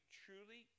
truly